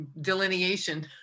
delineation